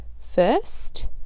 first